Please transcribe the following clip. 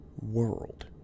world